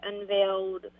unveiled